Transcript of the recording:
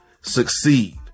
succeed